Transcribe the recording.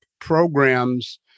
programs